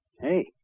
hey